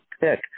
pick